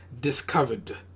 discovered